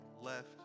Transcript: left